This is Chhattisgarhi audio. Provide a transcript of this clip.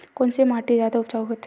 कोन से माटी जादा उपजाऊ होथे?